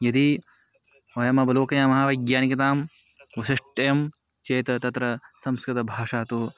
यदि वयम् अवलोकयामः वैज्ञानिकतां वैशिष्ट्यं चेत् तत्र संस्कृतभाषा तु